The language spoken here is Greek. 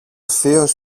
θείος